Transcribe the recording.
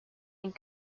and